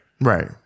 Right